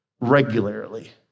regularly